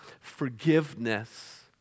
forgiveness